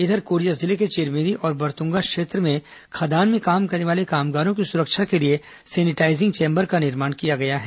इधर कोरिया जिले के चिरमिरी और बरतुंगा क्षेत्र में खदान में काम करने वाले कामगारों की सुरक्षा के लिए सैनिटाईजिंग चेंबर का निर्माण किया गया है